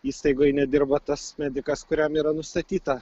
įstaigoj nedirbo tas medikas kuriam yra nustatyta